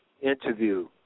interview